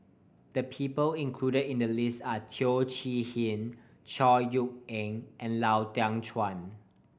the people included in the list are Teo Chee Hean Chor Yeok Eng and Lau Teng Chuan